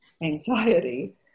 anxiety